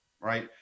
right